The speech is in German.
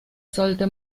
sollte